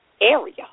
area